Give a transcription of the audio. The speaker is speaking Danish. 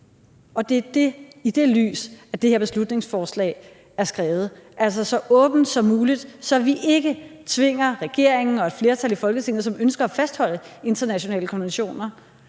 Det er i det lys, det her beslutningsforslag er skrevet, altså så åbent som muligt, så vi ikke tvinger regeringen og et flertal i Folketinget, som ønsker at fastholde internationale konventioner,